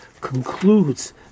concludes